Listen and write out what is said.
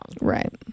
Right